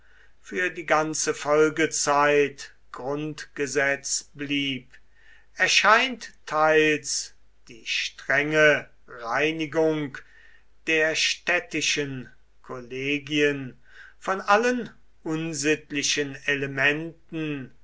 für die ganze folgezeit grundgesetz blieb erscheint teils die strenge reinigung der städtischen kollegien von allen unsittlichen elementen